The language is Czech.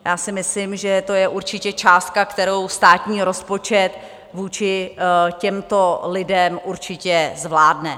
Já si myslím, že to je určitě částka, kterou státní rozpočet vůči těmto lidem určitě zvládne.